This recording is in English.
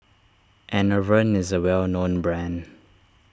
Enervon is a well known brand